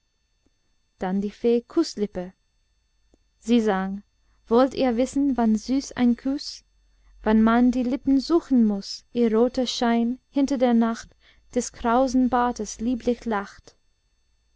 dann die fee kußlippe sie sang wollt ihr wissen wann süß ein kuß wenn man die lippen suchen muß ihr roter schein hinter der nacht des krausen bartes lieblich lacht